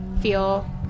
feel